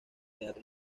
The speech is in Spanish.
teatro